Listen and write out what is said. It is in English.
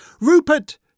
Rupert